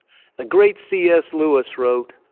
the great cs lewis wrote,